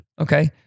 Okay